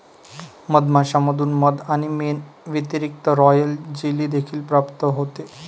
मधमाश्यांमधून मध आणि मेण व्यतिरिक्त, रॉयल जेली देखील प्राप्त होते